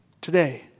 today